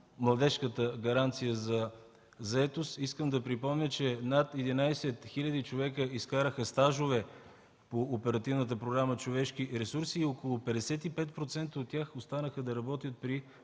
младежката гаранция за заетост. Искам да припомня, че над 11 хиляди човека изкараха стажове по Оперативна програма „Човешки ресурси” и около 55% от тях останаха да работят при